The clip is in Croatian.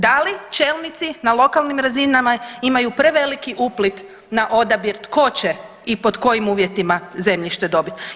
Da li čelnici na lokalnim razinama imaju preveliki uplit na odabir tko će i pod kojim uvjetima zemljište dobiti?